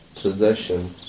possession